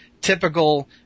typical